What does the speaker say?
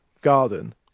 garden